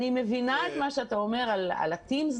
אני מבינה את מה שאתה אומר על ה-TIMSS,